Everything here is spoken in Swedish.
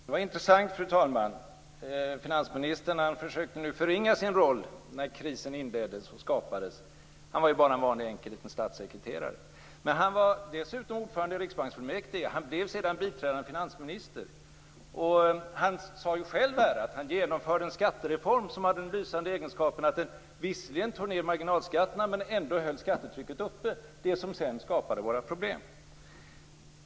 Fru talman! Det var intressant. Finansministern försökte nu förringa sin roll när krisen inleddes och skapades. Han var ju bara en vanlig enkel liten statssekreterare. Men har var dessutom ordförande i riksbanksfullmäktige. Han blev sedan biträdande finansminister. Han sade själv här att han genomförde en skattereform som hade den lysande egenskapen att den visserligen tog ned marginalskatterna men ändå höll skattetrycket uppe - det som sedan skapade våra problem.